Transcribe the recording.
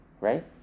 right